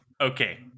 Okay